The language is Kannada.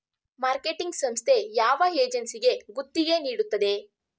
ಮಾರ್ಕೆಟಿಂಗ್ ಸಂಸ್ಥೆ ಯಾವ ಏಜೆನ್ಸಿಗೆ ಗುತ್ತಿಗೆ ನೀಡುತ್ತದೆ?